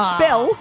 Spell